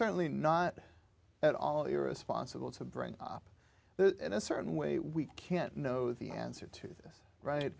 certainly not at all irresponsible to bring up in a certain way we can't know the answer to this right